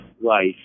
life